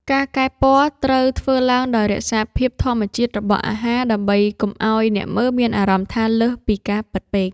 ការកែពណ៌ត្រូវធ្វើឡើងដោយរក្សាភាពធម្មជាតិរបស់អាហារ ដើម្បីកុំឱ្យអ្នកមើលមានអារម្មណ៍ថាលើសពីការពិតពេក។